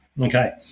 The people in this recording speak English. okay